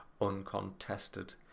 uncontested